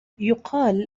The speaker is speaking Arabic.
يُقال